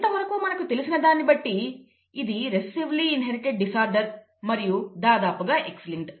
ఇంతవరకు మనకు తెలిసిన దాన్ని బట్టి ఇది రెసెసివ్లి ఇన్హెరిటెడ్ డిసార్డర్ మరియు దాదాపుగా X లింక్డ్